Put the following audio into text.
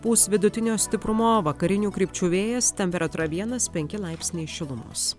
pūs vidutinio stiprumo vakarinių krypčių vėjas temperatūra vienas penki laipsniai šilumos